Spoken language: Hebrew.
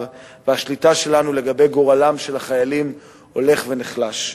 והשליטה שלנו לגבי גורלם של החיילים הולכת ונחלשת.